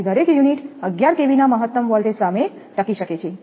તેથી દરેક unit 11 kV ના મહત્તમ વોલ્ટેજ સામે ટકી શકે છે